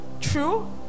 True